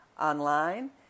online